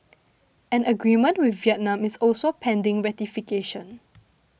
an agreement with Vietnam is also pending ratification